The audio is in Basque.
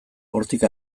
hortik